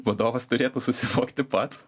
vadovas turėtų susivokti pats